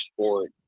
sport